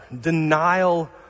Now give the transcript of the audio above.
denial